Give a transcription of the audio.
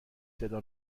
صدا